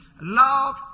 love